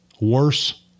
worse